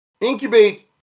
Incubate